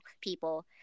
people